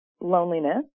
loneliness